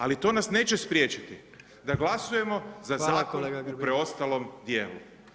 Ali, to nas neće priječiti, da glasujemo za zakon u preostalom dijelu.